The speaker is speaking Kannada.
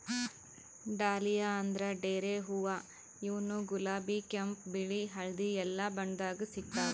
ಡಾಲಿಯಾ ಅಂದ್ರ ಡೇರೆ ಹೂವಾ ಇವ್ನು ಗುಲಾಬಿ ಕೆಂಪ್ ಬಿಳಿ ಹಳ್ದಿ ಎಲ್ಲಾ ಬಣ್ಣದಾಗ್ ಸಿಗ್ತಾವ್